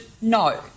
no